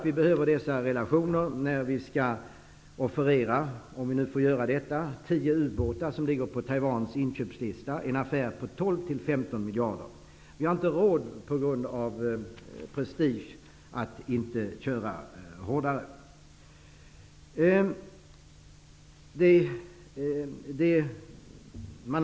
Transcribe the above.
Vi behöver dessa relationer när vi eventuellt skall offerera de tio ubåtar som ligger på Taiwans inköpslista -- en affär på 12--15 miljarder. Vi har inte råd att inte köra hårdare på grund av prestige.